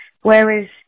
whereas